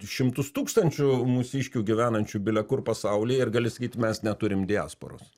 šimtus tūkstančių mūsiškių gyvenančių bile kur pasauly ir gali sakyt mes neturim diasporos